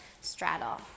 straddle